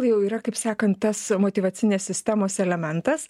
lai jau yra kaip sakant tas motyvacinės sistemos elementas